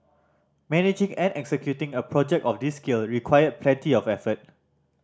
managing and executing a project of this scale required plenty of effort